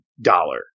dollar